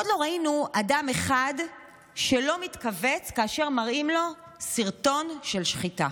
עוד לא ראינו אדם אחד שלא מתכווץ כאשר מראים לו סרטון של שחיטה.